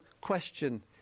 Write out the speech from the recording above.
question